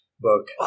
book